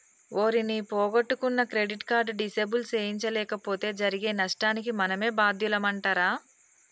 ఓరి నీ పొగొట్టుకున్న క్రెడిట్ కార్డు డిసేబుల్ సేయించలేపోతే జరిగే నష్టానికి మనమే బాద్యులమంటరా